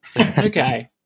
okay